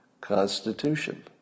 Constitution